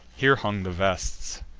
here hung the vests,